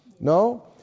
No